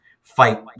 fight